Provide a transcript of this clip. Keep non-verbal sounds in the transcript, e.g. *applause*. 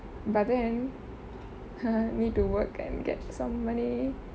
but then *laughs* need to work and get some money